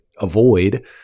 avoid